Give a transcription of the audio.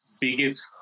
biggest